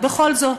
בכל זאת,